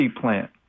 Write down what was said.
plant